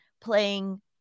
playing